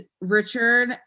Richard